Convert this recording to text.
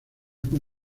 con